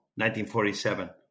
1947